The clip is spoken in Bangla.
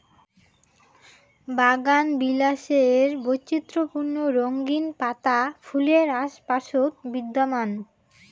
বাগানবিলাসের বৈচিত্র্যপূর্ণ রঙিন পাতা ফুলের আশপাশত বিদ্যমান